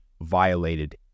violated